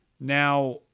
now